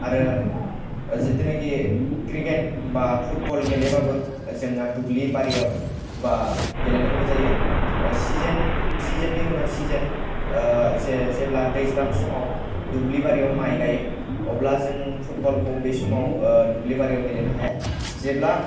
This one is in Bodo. आरो जितुनिकि क्रिकेट बा फुटबल गेलेबाबो जोंना दुब्लि बारियाव बा गेलेनांगौ जायो सिजोननि उनाव सिजोन जेब्ला दैज्लां समाव दुब्लि बारियाव माइ गायो अब्ला जों फुटबलखौ बे समाव दुब्लि बारियाव गेलेनो हाया जेब्ला